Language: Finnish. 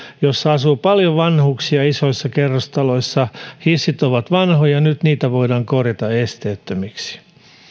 jossa asuu paljon vanhuksia isoissa kerrostaloissa ja hissit ovat vanhoja ja nyt niitä voidaan korjata esteettömiksi